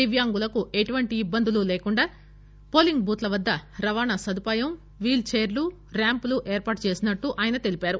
దివ్యాంగులకు ఎటువంటి ఇబ్బందిలేకుండా పోలీంగ్ బూత్ ల వద్ద రవాణా సదుపాయం వీల్ చైర్లు ర్యాంపులు ఏర్పాటు చేసినట్లు ఆయన తెలిపారు